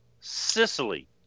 Sicily